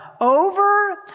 over